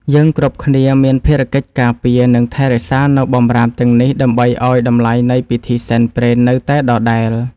យើងគ្រប់គ្នាមានភារកិច្ចការពារ និងថែរក្សានូវបម្រាមទាំងនេះដើម្បីឱ្យតម្លៃនៃពិធីសែនព្រេននៅតែដដែល។